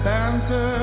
Santa